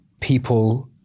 people